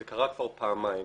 זה קרה כבר פעמיים,